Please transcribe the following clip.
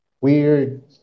weird